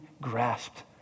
grasped